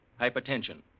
Hypertension